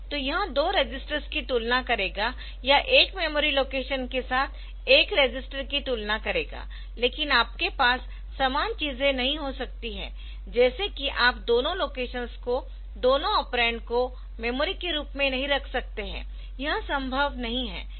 तो यह दो रजिस्टर्स की तुलना करेगा या एक मेमोरी लोकेशन के साथ एक रजिस्टर की तुलना करेगा लेकिन आपके पास समान चीजे नहीं हो सकती है जैसे कि आप दोनों लोकेशंस को दोनों ऑपरेंड को मेमोरी के रूप में नहीं रख सकते है यह संभव नहीं है